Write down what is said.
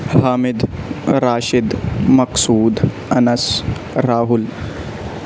Hamid Rashid Maqsood Anas Rahul